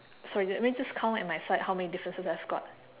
sorry let me just count at my side how many differences I've got